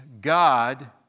God